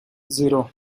zero